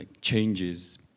changes